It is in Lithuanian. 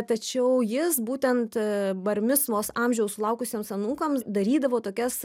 tačiau jis būtent bar micvos amžiaus sulaukusiems anūkams darydavo tokias